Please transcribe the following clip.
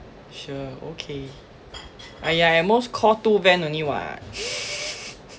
sure okay !aiya! at most call two van only [what]